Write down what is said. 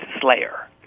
slayer